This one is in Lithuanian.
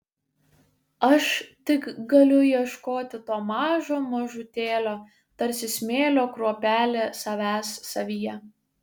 aš tik galiu ieškoti to mažo mažutėlio tarsi smėlio kruopelė savęs savyje